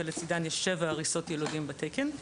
ולצדן יש שבע עריסות ילודים בתקן.